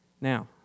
Now